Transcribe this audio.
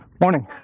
Morning